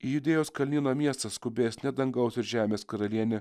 į judėjos kalnyno miestą skubės ne dangaus ir žemės karalienė